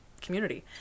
community